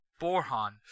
Borhan